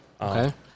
Okay